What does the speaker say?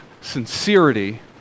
sincerity